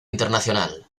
internacional